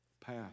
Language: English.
path